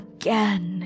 again